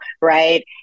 right